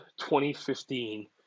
2015